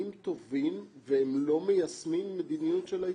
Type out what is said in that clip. טובים והם לא מיישמים מדיניות של ההתאחדות.